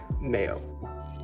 Mayo